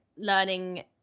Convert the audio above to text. learning